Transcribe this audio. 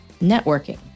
networking